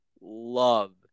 love